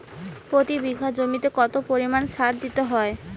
প্রতি বিঘা জমিতে কত পরিমাণ সার দিতে হয়?